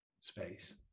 space